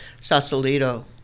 sausalito